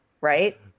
right